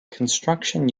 construction